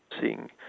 seeing